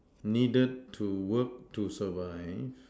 needed to work to survive